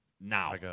now